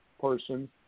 person